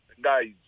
guys